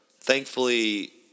Thankfully